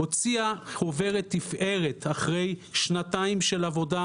הוציאה חוברת לתפארת אחרי שנתיים של עבודה,